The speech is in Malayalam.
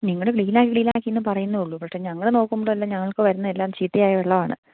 നിങ്ങൾ ക്ലീൻ ആക്കി ക്ലീനാക്കി എന്ന് പറയുന്നതേ ഉള്ളു പക്ഷേ ഞങ്ങൾ നോക്കുമ്പോഴെല്ലാം ഞങ്ങൾക്ക് വരുന്നതെല്ലാം ചീത്തയായ വെള്ളമാണ്